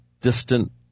distant